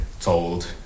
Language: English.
told